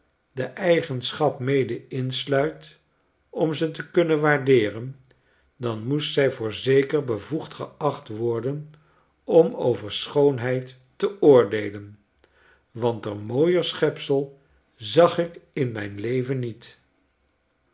de eigenschap mede insluit om ze te kunnen waardeeren dan moest zij voorzeker bevoegd geacht worden om over schoonheid te oordeelen want een mooier schepsel zag ik in mijn leven niet